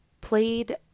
played